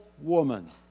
woman